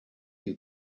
you